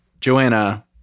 Joanna